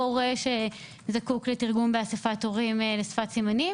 שלו או הורה שזקוק לתרגום באספת הורים לשפת סימנים,